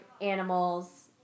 animals